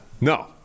No